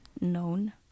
known